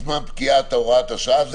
זמן פקיעת הוראת השעה.